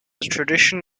tradition